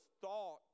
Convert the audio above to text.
thought